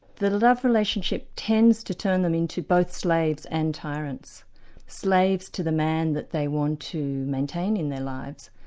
that a love relationship tends to turn them into both slaves and tyrants slaves to the man that they want to maintain in their lives,